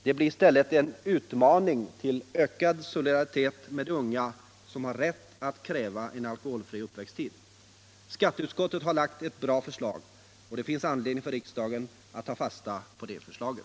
Det blir i stället en maning till ökad solidaritet med de unga som har rätt att kräva en alkoholfri uppväxttid. Skatteutskottet har framlagt ett bra förslag, och det finns anledning för riksdagen att ta fasta på det förslaget.